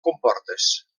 comportes